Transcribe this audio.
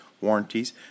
warranties